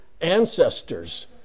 ancestors